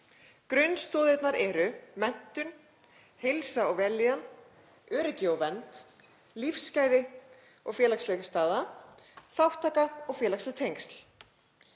Grunnstoðirnar eru menntun, heilsa og vellíðan og öryggi og vernd, lífsgæði og félagsleg staða, þátttaka og félagsleg tengsl.